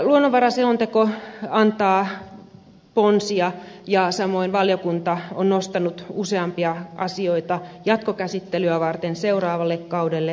luonnonvaraselonteko antaa ponsia ja samoin valiokunta on nostanut useita asioita jatkokäsittelyä varten seuraavalle kaudelle